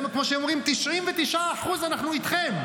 כמו שהם אומרים: 99% אנחנו איתכם.